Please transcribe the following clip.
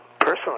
personally